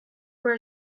were